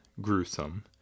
gruesome